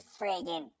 friggin